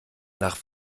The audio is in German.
nach